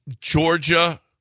Georgia